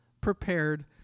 prepared